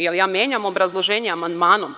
Je li ja menjam obrazloženje amandmanom?